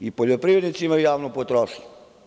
I poljoprivrednici imaju javnu potrošnju.